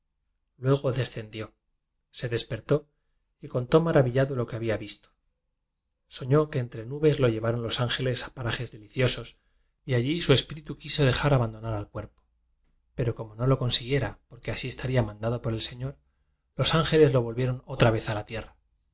luego descendió se des pertó y contó maravillado lo que había visto soñó que entre nubes lo llevaron los ángeles a parajes deliciosos y allí su espí ritu quiso dejar abandonar al cuerpo pero como no lo consiguiera porque así estaría mandado por el señor los ángeles lo vol vieron otra vez a la tierra